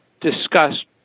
discussed